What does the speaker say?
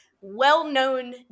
well-known